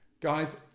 Guys